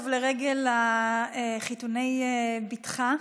אה, מזל טוב לרגל חיתוני בתך.